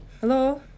Hello